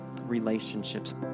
relationships